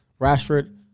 Rashford